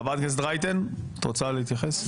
חברת הכנסת רייטן, את רוצה להתייחס?